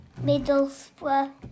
Middlesbrough